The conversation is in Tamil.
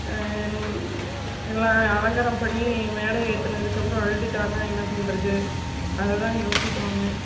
எல்லாம் அலங்காரம் பண்ணி மேடை ஏற்றுனதுக்கப்பறம் அழுத்துட்டான்னா என்ன பண்ணுறது அததான் யோசிக்கிறோங்க